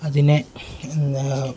അതിനെ